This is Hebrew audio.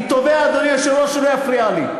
אני תובע, אדוני היושב-ראש, שהוא לא יפריע לי.